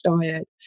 diet